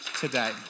today